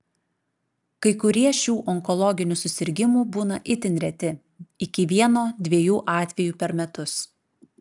kai kurie šių onkologinių susirgimų būna itin reti iki vieno dviejų atvejų per metus